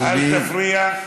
אל תפריע.